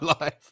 life